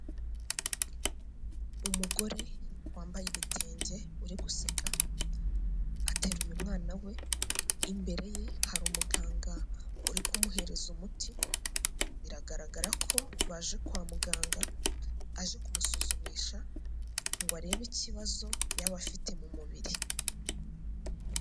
Umugore wambaye ibitenge uri guseka, ateruye umwana we, imbere ye hari umuganga uri kumuhereza umuti biragaragara ko baje kwa muganga aje kumusuzumisha ngo arebe ikibazo yaba afite mu mubiri.